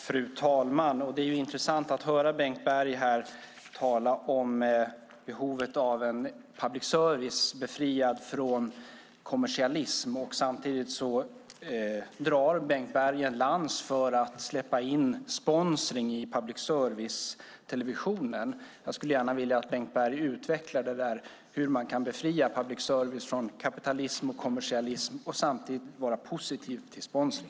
Fru talman! Det är intressant att höra Bengt Berg tala om behovet av public service befriad från kommersialism, samtidigt som Bengt Berg drar en lans för att släppa in sponsring i public service-televisionen. Jag skulle gärna vilja att Bengt Berg utvecklade hur man kan befria public service från kapitalism och kommersialism och samtidigt vara positiv till sponsring.